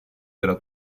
nella